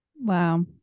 Wow